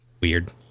Weird